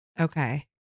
Okay